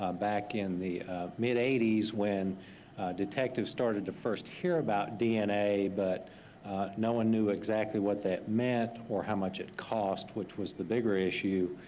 ah back in the mid eighty s when detectives started to first hear about dna, but no one knew exactly what that meant or how much it cost, which was the bigger issue.